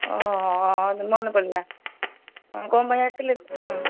ଓ ହଁ ମନେପଡ଼ିଲା ହଁ କ'ଣ ପାଇଁ ଆସିଥିଲେ ହଁ